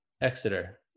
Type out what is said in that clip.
Exeter